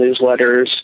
newsletters